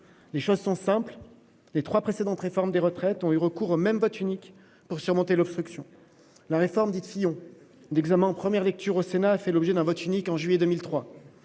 recours lors des trois précédentes réformes des retraites au même vote unique pour surmonter l'obstruction. Lors de la réforme dite Fillon, l'examen en première lecture au Sénat a fait l'objet d'un vote unique en juillet 2003.